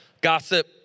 Gossip